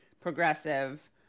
progressive